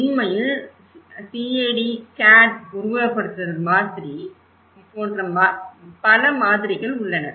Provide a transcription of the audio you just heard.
உண்மையில் CAD உருவகப்படுத்துதல் மாதிரி போன்ற பல மாதிரிகள் உள்ளன